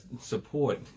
support